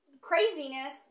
craziness